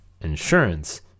insurance